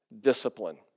discipline